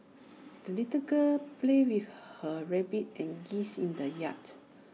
the little girl played with her rabbit and geese in the yard